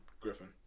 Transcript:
Griffin